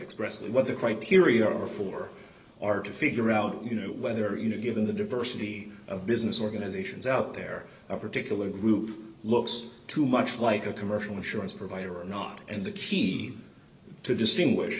expressly what the criteria are for are to figure out you know whether in a given the diversity of business organizations out there a particular group looks too much like a commercial insurance provider or not and the key to distinguish